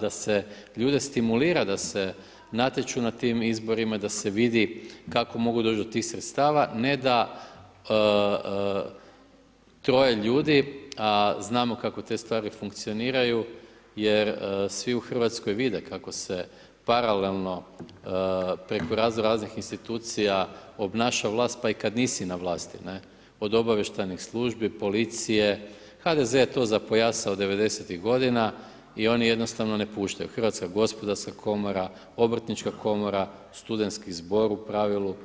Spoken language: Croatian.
da se ljude stimulira, da se natječu na tim izborima, da se vidi kako mogu doći do tih sredstava, ne da troje ljudi a znamo kako te stvari funkcioniraju jer svi u Hrvatskoj vide kako se paralelno preko raznoraznih institucija obnaša vlast pa i kad nisi na vlasti, ne, od obavještajnih službi, policije, HDZ je to zapojasao 90-ih godina i i oni jednostavno ne puštaju Hrvatska gospodarska komora, Obrtnička komora, Studentski zbor u pravilu.